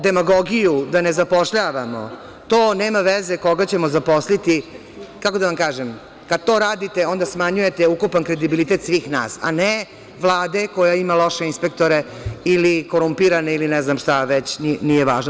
Demagogija da ne zapošljavamo, nema veze koga ćemo zaposliti, kako da vam kažem, kad to radite onda smanjujete ukupan kredibilitet svih nas, a ne Vlade koja ima loše inspektore ili korumpirane ili ne znam šta već, nije važno.